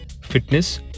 fitness